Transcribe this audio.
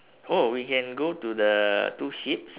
oh we can go to the two sheeps